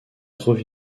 trouve